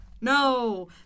No